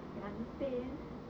can understand